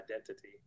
Identity